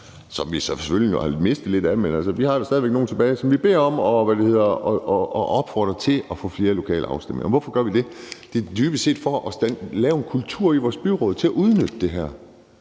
som vi selvfølgelig har mistet nogle af, men vi har da stadig væk nogle tilbage – om at opfordre til at få flere lokale afstemninger. Og hvorfor gør vi det? Det gør vi dybest set for at lave en kultur i vores byråd for at udnytte det her.